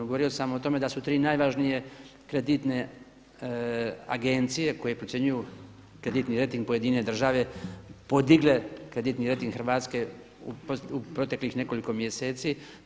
Govorio sam o tome da su tri najvažnije kreditne agencije koje procjenjuju kreditni rejting pojedine države podigle kreditni rejting Hrvatske u proteklih nekoliko mjeseci.